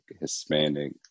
Hispanic